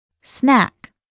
Snack